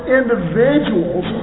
individuals